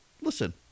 Listen